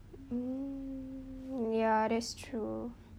mm ya that's true